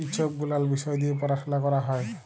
ই ছব গুলাল বিষয় দিঁয়ে পরাশলা ক্যরা হ্যয়